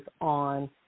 on